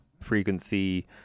frequency